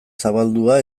zabaldua